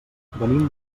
venim